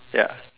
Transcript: ya